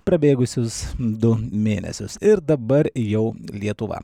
prabėgusius du mėnesius ir dabar jau lietuva